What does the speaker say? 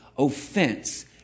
offense